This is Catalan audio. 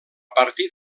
partir